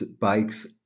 bikes